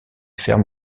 ferme